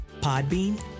Podbean